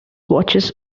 watches